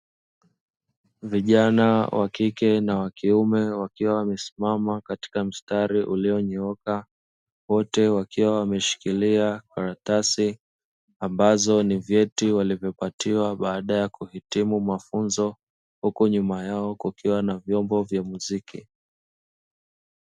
Vijana wa kike na wa kiume wakiwa wamesimama katika mstari ulionyooka, wote wakiwa wameshikilia karatasi ambazo ni vyeti walivyopatiwa baada ya kuhitimu mafunzo huku nyuma yao kukiwa na vyombo vya muziki.